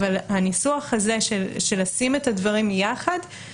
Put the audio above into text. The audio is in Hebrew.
אבל הניסוח הזה של לשים את הדברים יחד,